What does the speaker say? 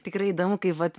tikrai įdomu kaip vat